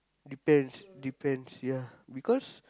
depends depends ya because